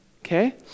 okay